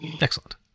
Excellent